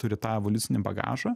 turi tą evoliucinį bagažą